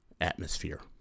atmosphere